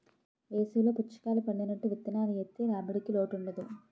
వేసవి లో పుచ్చకాయలు పండినట్టు విత్తనాలు ఏత్తె రాబడికి లోటుండదు